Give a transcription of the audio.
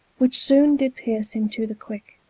which soone did pierse him to the quicke,